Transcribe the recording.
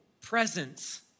presence